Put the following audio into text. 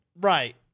Right